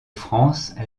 france